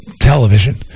television